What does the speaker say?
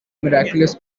miraculous